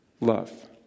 love